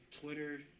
Twitter